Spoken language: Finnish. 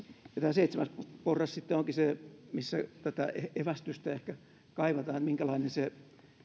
seitsemäs porras sitten onkin se missä tätä evästystä ehkä kaivataan minkälainen se